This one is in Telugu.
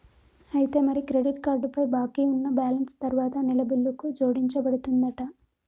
అయితే మరి క్రెడిట్ కార్డ్ పై బాకీ ఉన్న బ్యాలెన్స్ తరువాత నెల బిల్లుకు జోడించబడుతుందంట